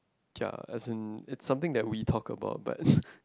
ya as in is something that we talk about but